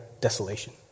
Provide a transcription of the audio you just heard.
desolation